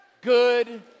good